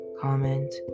comment